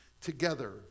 together